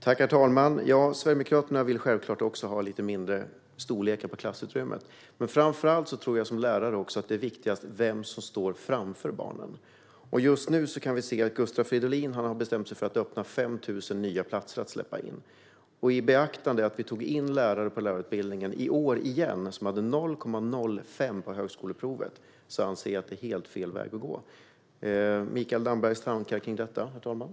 Herr talman! Sverigedemokraterna vill självklart också ha lite mindre klasser, men framför allt tror jag som lärare att det viktigaste är vem som står framför barnen. Just nu kan vi se att Gustav Fridolin har bestämt sig för att öppna 5 000 nya platser. Med beaktande av att vi i år igen tog in sökande på lärarutbildningen som hade 0,05 på högskoleprovet anser jag att detta är helt fel väg att gå. Jag vill gärna höra Mikael Dambergs tankar kring detta, herr talman.